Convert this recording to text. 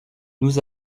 nous